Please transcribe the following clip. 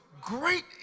Great